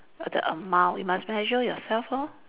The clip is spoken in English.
the amount you must measure yourself lor